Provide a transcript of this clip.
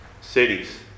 cities